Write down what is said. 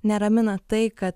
neramina tai kad